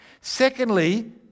Secondly